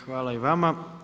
Hvala i vama.